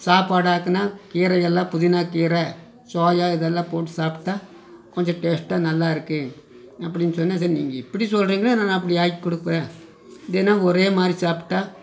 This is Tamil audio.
சாப்பாடு ஆக்கினா கீரை எல்லாம் புதினா கீரை சோயா இதெல்லாம் போட்டு சாப்பிட்டா கொஞ்சம் டேஸ்ட்டாக நல்லா இருக்கும் அப்படின்னு சொன்னால் சரி நீங்கள் எப்படி சொல்கிறீங்களோ நான் அப்படி ஆக்கி கொடுப்பேன் தினம் ஒரே மாதிரி சாப்பிட்டா